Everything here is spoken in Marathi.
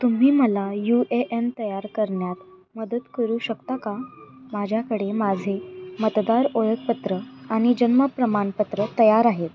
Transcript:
तुम्ही मला यू ए एन तयार करनण्यात मदत करू शकता का माझ्याकडे माझे मतदार ओळखपत्र आणि जन्म प्रमाणपत्र तयार आहेत